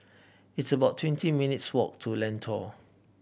it's about twenty minutes' walk to Lentor